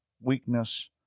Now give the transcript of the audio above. weakness